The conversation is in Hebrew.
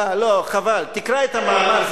אה, לא, חבל, תקרא את המאמר.